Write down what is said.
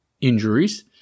injuries